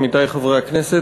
עמיתי חברי הכנסת,